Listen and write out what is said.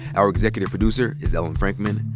our executive producer is ellen frankman.